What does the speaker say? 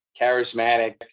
charismatic